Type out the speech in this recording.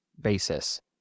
basis